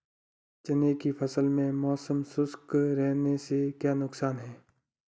चने की फसल में मौसम शुष्क रहने से क्या नुकसान है?